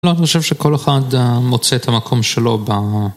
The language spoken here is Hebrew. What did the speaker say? לא, אני חושב שכל אחד מוצא את המקום שלו ב...